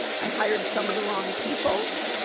i hired some of the wrong people,